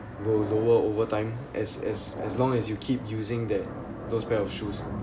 both lower overtime as as as long as you keep using that those pair of shoes